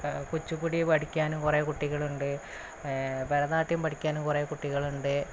കുച്ചിപ്പുടി പഠിക്കാനും കുറേ കുട്ടികളുണ്ട് ഭരതനാട്യം പഠിക്കാനും കുറേ കുട്ടികളുണ്ട്